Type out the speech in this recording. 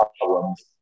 problems